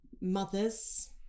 mothers